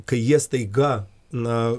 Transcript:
kai jie staiga na